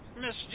Miss